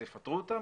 אז יפטרו אותם?